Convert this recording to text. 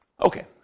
Okay